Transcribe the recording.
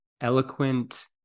eloquent